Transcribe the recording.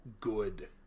good